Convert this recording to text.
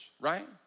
right